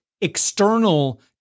external